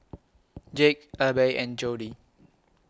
Jake Abbey and Jody